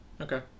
Okay